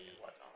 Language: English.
whatnot